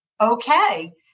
Okay